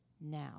now